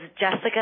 Jessica